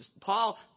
Paul